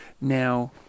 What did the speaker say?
now